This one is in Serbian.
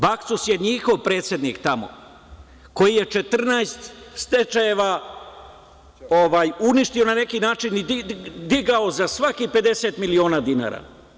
Baksuz je njihov predsednik tamo koji je 14 stečajeva uništio na neki način i digao za svaki 50 miliona dinara.